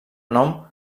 nom